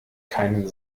keinen